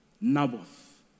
Naboth